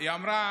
היא אמרה